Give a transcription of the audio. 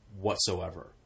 whatsoever